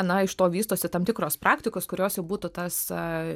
na iš to vystosi tam tikros praktikos kurios jau būtų tas aaa